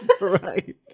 Right